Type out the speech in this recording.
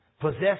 Possess